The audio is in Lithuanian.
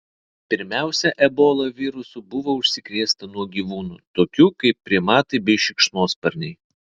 pirmiausia ebola virusu buvo užsikrėsta nuo gyvūnų tokių kaip primatai bei šikšnosparniai